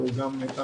מיל"ה.